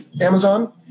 Amazon